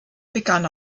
begann